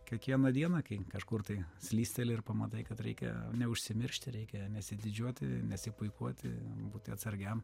kiekvieną dieną kai kažkur tai slysteli ir pamatai kad reikia neužsimiršti reikia nesididžiuoti nesipuikuoti būti atsargiam